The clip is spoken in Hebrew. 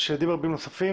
ושל ילדים רבים נוספים,